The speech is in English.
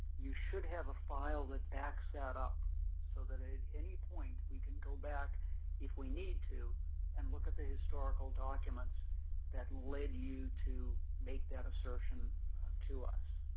you should have a file that backs that up so that at any point, we can go back if we need to and look at the historical documents that led you to make that assertion to us.